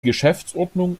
geschäftsordnung